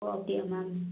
ஓ அப்படியா மேம்